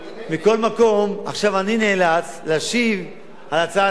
מכל מקום, עכשיו אני נאלץ להשיב על הצעת חוק